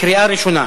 קריאה ראשונה.